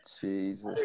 jesus